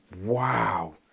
wow